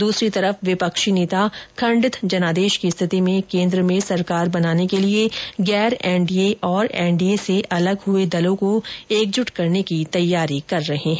दूसरी तरफ विपक्षी नेता खडित जनादेश की स्थिति में केन्द्र में सरकार बनाने के लिए गैर एनडीए और एनडीए से अलग हुए दलों को एकजुट करने की तैयारी कर रहे हैं